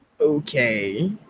Okay